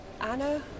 Anna